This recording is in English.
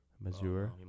Mazur